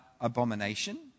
abomination